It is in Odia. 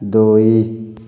ଦୁଇ